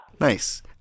Nice